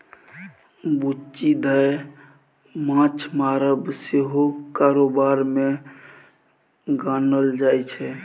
बुच्ची दाय माँछ मारब सेहो कारोबार मे गानल जाइ छै